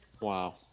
Wow